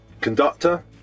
conductor